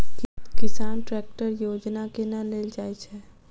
किसान ट्रैकटर योजना केना लेल जाय छै?